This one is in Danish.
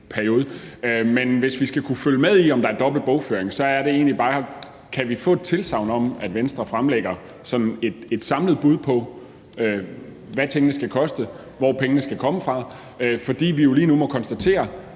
periode. Men hvis vi skal kunne følge med i, om der er dobbelt bogføring, så er det egentlig bare, om vi kan få et tilsagn om, at Venstre fremlægger sådan et samlet bud på, hvad tingene skal koste, og hvor pengene skal komme fra. For lige nu må vi jo konstatere,